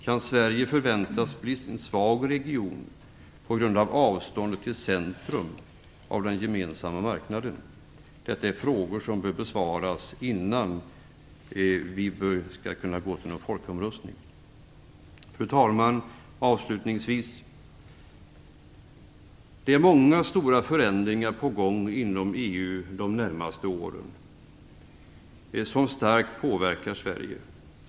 Kan Sverige förväntas bli en svag region på grund av avståndet till centrum av den gemensamma marknaden? Detta är frågor som bör besvaras innan vi går till någon folkomröstning. Fru talman! Avslutningsvis vill jag säga följande: Det är många stora förändringar på gång inom EU under de närmaste åren, vilka starkt påverkar Sverige.